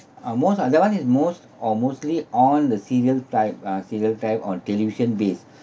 uh most ah that one is most or mostly on the serial type ah serial type on television based